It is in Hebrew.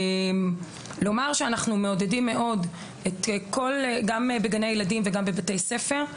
אנחנו מעודדים מאוד גם בגני הילדים וגם בבתי ספר.